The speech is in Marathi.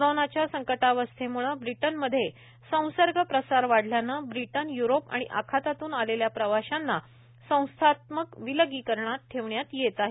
कोरोनाच्या संकटावस्थेमुळे ब्रिटनमध्ये संसर्ग प्रसार वाढल्याने ब्रिटनयुरोप आणि आखातातून आलेल्या प्रवाशांना संस्थात्मक विलगीकरणात ठेवण्यात येत आहे